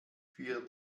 für